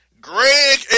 Greg